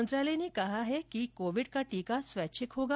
मंत्रालय ने कहा है कि कोविड का टीका स्वैच्छिक होगा